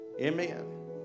Amen